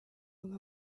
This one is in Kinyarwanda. avuga